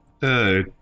Hey